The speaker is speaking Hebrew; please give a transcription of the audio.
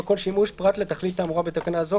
כל שימוש פרט לתכלית האמורה בתקנה זו,